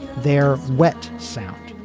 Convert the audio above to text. their wet sound.